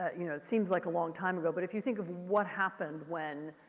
ah you know, it seems like a long time ago, but if you think of what happened when,